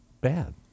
bad